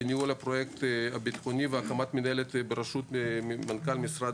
לניהול הפרויקט הביטחוני והקמת מינהלת בראשות מנכ"ל משרד